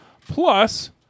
Plus